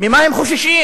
ממה הם חוששים,